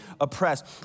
oppressed